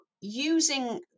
using